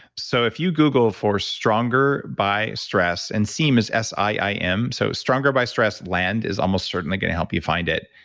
so if you google for stronger by stress, and siim is s i i m. so stronger by stress, land is almost certainly going to help you find it.